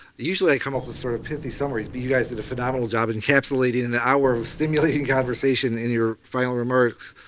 usually i come up with sort of pithy summaries, but you guys did a phenomenal job of encapsulating and an hour of of stimulating conversation in your final remarks.